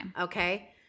Okay